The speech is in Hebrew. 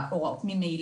דרך אגב,